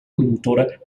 promotora